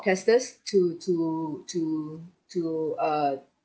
testers to to to to err